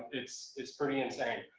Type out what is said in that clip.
it's, it's pretty insane.